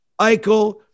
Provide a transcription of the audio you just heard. Eichel